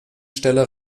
stelle